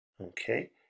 okay